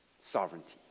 sovereignty